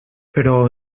però